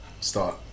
start